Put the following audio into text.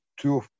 two